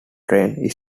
train